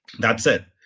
that's it.